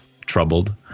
troubled